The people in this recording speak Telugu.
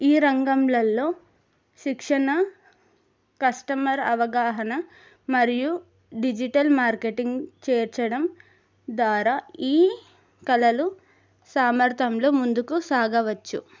ఈ రంగాలలో శిక్షణ కస్టమర్ అవగాహన మరియు డిజిటల్ మార్కెటింగ్ చేర్చడం ద్వారా ఈ కళలు సామర్థంలో ముందుకు సాగవచ్చు